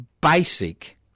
basic